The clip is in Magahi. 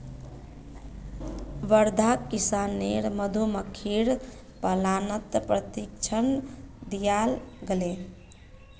वर्धाक किसानेर मधुमक्खीर पालनत प्रशिक्षण दियाल गेल